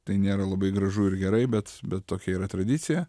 tai nėra labai gražu ir gerai bet bet tokia yra tradicija